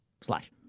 slash